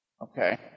Okay